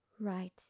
right